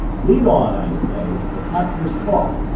lead on, i say, the captor's caught,